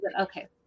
Okay